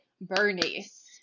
Bernice